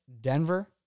Denver